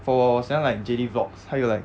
for 我我喜欢 like jatie vlogs 还有 like